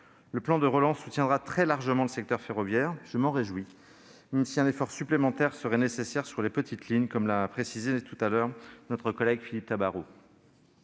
Le plan de relance soutiendra très largement le secteur ferroviaire ; je m'en réjouis, même si un effort supplémentaire serait nécessaire sur les petites lignes, comme l'a précisé notre collègue Philippe Tabarot.